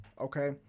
Okay